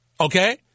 okay